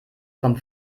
vom